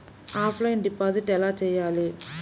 Offline deposit ఎలా చేయాలి?